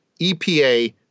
EPA